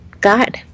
God